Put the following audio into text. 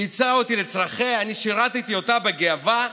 גייסה אותי לצרכיה, אני שירתי אותה בגאווה,